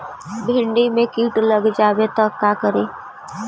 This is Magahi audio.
भिन्डी मे किट लग जाबे त का करि?